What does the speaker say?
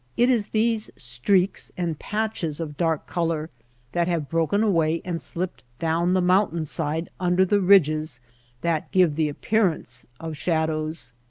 it is these streaks and patches of dark color that have broken away and slipped down the mountain side under the ridges that give the appearance of shadows.